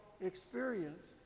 experienced